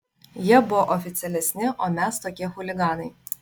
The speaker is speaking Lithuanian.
jie buvo oficialesni o mes tokie chuliganai